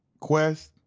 quest?